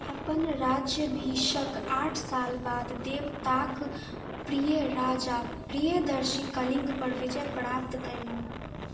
अपन राज्याभिषेक आठ साल बाद देवताक प्रिय राजा प्रियदर्शी कलिङ्ग पर विजय प्राप्त कयलनि